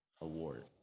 award